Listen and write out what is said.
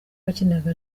wakinaga